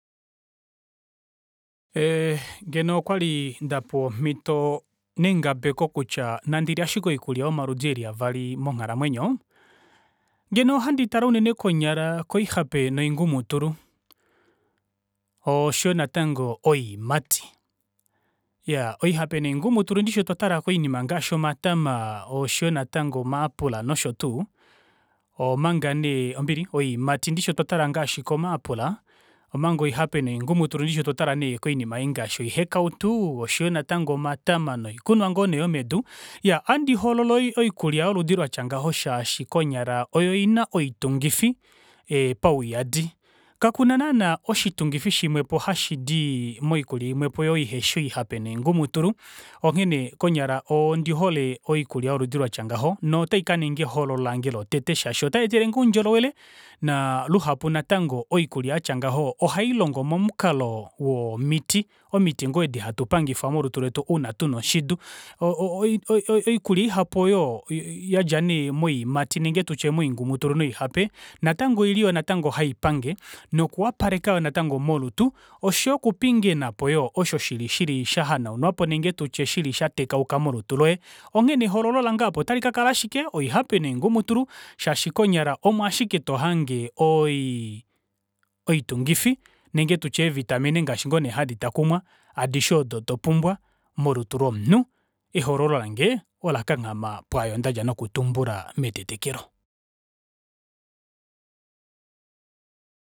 Eeh ngeno okwali ndapewa omito nengabeko kutya nandilya ashike oikulya yomaludi eli avali monghalamwenyo, ngeno oha ndi tale unene konyala koihape noingumutulu oshoyo natango oyiimati. Iyaaa oihape noingumutulu ndishi otwa tala konima ngaashi omatama oshoyo natango oma aapula nosho tuu, omanga nee ombili oyiimati ndishi otwa tala koma aapula omanga oihape noingumutulu ndishi otwa tala nee koinima ei ngaashi oihakautu oshoyo natango omatama noikunwa ngoo neeyomedu, iyaa ohandi hoolola oikulya yoludi latya ngaho shaashi konyala oyo ina oitungifi pauyadi. Kakuna naana oshitungifi shimwepo hashidi moikulya imwepo oyo ihefi oihape noingumutulu onghene, konyala ondihole oikulya yoludi latya ngaho nota ikaninga ehoololo lange lotete shaashi otayeetelenge oundjolowele naa luhapu natango oikulya yatya ngaho ohailongo momukalo woomiti, omiti ngoo di hatu hatu pangifwa mamalutu etu ouna tuna oshidu. Oi oi oikulya ihapu ooyo yadja nee moyiiimati nenge tutye moingumutulu noihape, natango oiliyo yoo natango haipange nokuwapaleka natango molutu oshoyo okupingakenapo yoo osho shili shili shahanaunwapo nenge tuye shili sha tekauka molutuloye. Onghene nee ehoololo lange apa ota likakala ashike oihape noingumutulu shaashi konyala omo ashike tohange oyiii oyitungifi nenge tutye eevitamine ngaashi ngoo nee hadi takumwa adishe oodo topumbwa molutu lomunhu ehoololo lange okanghama pwaayo ndadja noku tumbula metetekelo.